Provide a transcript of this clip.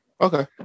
okay